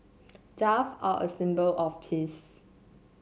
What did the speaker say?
dove are a symbol of peace